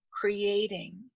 creating